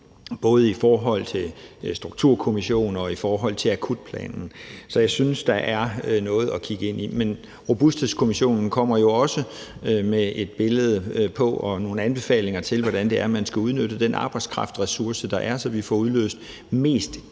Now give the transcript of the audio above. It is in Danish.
både i forhold til strukturkommissionen og i forhold til akutplanen. Så jeg synes, der er noget at kigge ind i. Men Robusthedskommissionen kommer jo også med et billede af det og nogle anbefalinger til, hvordan det er, man skal udnytte den arbejdskraftressource, der er, så vi får leveret den